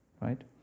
Right